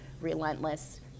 relentless